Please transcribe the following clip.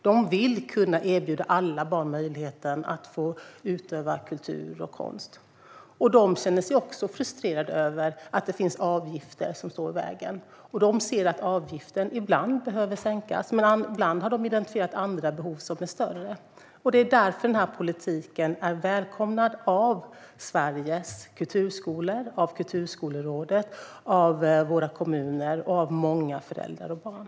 De vill kunna erbjuda alla barn möjligheten att utöva kultur och konst, och de känner sig också frustrerade över att det finns avgifter som står i vägen. De ser att avgiften ibland behöver sänkas, och ibland har de identifierat andra behov som är större. Det är därför den här politiken välkomnas av Sveriges kulturskolor, av Kulturskolerådet, av våra kommuner och av många föräldrar och barn.